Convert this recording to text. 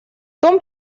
том